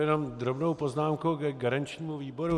Jenom drobnou poznámku ke garančnímu výboru.